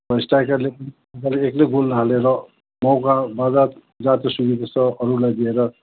स्ट्राइकरले पनि एक्लै गोल नहालेर मौका मतलब जहाँ त्यो सुविधा छ अरूलाई दिएर